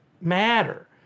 matter